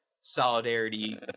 solidarity